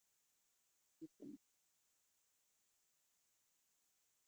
ya